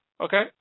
okay